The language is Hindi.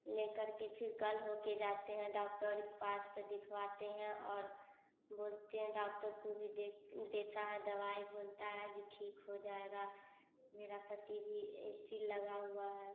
लेकर के फिर कल होके जाते हैं डॉक्टर ही के पास तो दिखवाते हैं और बोलते हैं डॉक्टर को भी देख देता है दवाई बोलता है जो ठीक हो जाएगा मेरा पति भी इस्टील लगा हुआ है